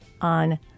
on